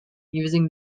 using